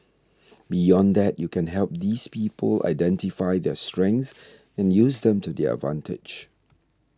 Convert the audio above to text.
beyond that you can help these people identify their strengths and use them to their advantage